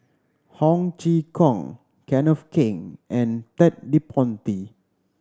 Ho Chee Kong Kenneth Keng and Ted De Ponti